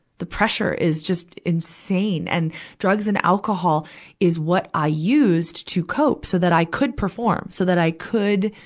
the pressure is just insane. and drugs and alcohol is what i used to cope, so that i could perform, so that i could,